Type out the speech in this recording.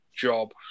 job